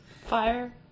Fire